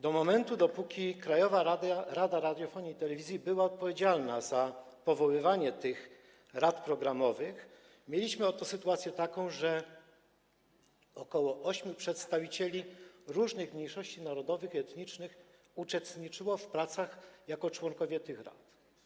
Dopóki Krajowa Rada Radiofonii i Telewizji była odpowiedzialna za powoływanie tych rad programowych, dopóty mieliśmy oto taką sytuację, że ok. ośmiu przedstawicieli różnych mniejszości narodowych i etnicznych uczestniczyło w pracach jako członkowie tych rad.